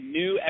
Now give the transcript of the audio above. new